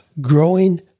growing